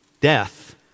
Death